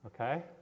Okay